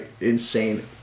insane